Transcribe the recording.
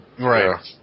Right